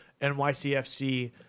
NYCFC